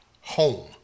home